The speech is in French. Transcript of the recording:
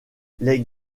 les